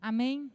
Amém